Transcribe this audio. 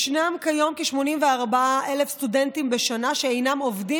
יש כיום כ-84,000 סטודנטים בשנה שאינם עובדים